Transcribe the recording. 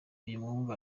uyumuhungu